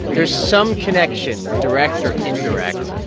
there's some connection, direct or indirect,